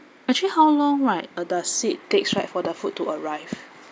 actually how long right uh does it take right for the food to arrive